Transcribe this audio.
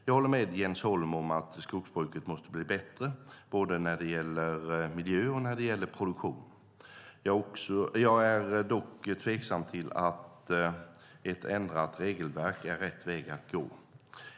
Jag håller med Jens Holm om att skogsbruket måste bli bättre - både när det gäller miljö och när det gäller produktion. Jag är dock tveksam till att ett ändrat regelverk är rätt väg att gå.